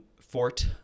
Fort